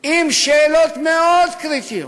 בשאלות מאוד קריטיות,